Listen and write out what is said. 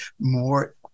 more